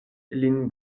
lin